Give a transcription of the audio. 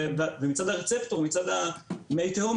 ומצד מי תהום,